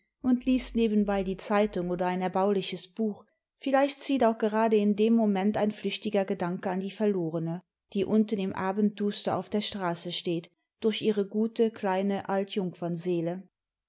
und liest nebenbei die zeitung oder ein erbauliches buch vielleicht zieht auch gerade in dem moment ein flüchtiger gedanke an die verlorene die unten im abendduster auf der straße steht durch ihre gute kleine altjungfernseele ich schlief